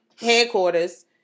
headquarters